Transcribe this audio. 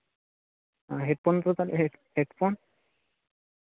ᱟᱨ headphone ᱫᱚ ᱛᱟᱦᱞᱮ headphone